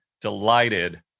delighted